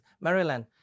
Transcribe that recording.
Maryland